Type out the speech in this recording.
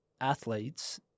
athletes